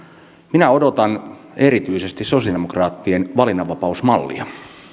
minä odotan erityisesti sosialidemokraattien valinnanvapausmallia